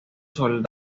soldado